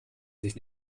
sich